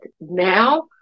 now